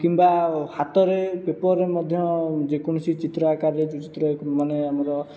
କିମ୍ବା ହାତରେ ପେପରରେ ମଧ୍ୟ ଯେକୌଣସି ଚିତ୍ର ଆକାରରେ ଯେଉଁ ଚିତ୍ର ମାନେ ଆମର